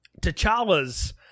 T'Challa's